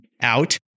out